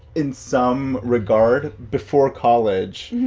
in some regard, before college,